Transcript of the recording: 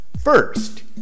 First